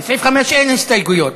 לסעיף 5 אין הסתייגויות,